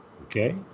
Okay